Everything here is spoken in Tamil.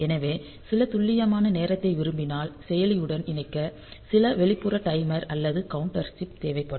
எனவே சில துல்லியமான நேரத்தை விரும்பினால் செயலியுடன் இணைக்க சில வெளிப்புற டைமர் அல்லது கவுண்டர் சிப் தேவைப்படும்